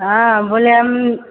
हाँ बोले हम